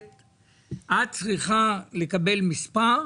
צריכה לקבל מספר,